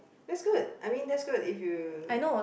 that's good I mean that's good if you